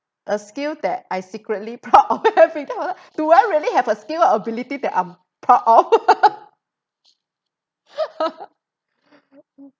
a skill that I secretly proud of having do I really have a skill or ability that I'm proud of